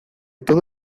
todo